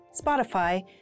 Spotify